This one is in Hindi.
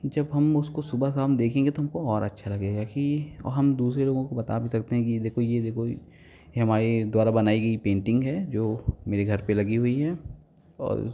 जब हम उसको सुबह शाम देखेंगे तो हमको और अच्छा लगेगा कि और हम दूसरे लोगों को बता भी सकते हैं कि देखो ये देखो ये ये हमारे द्वारा बनाई गई पेन्टिंग है जो मेरे घर पे लगी हुई है और